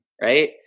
right